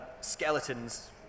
Skeletons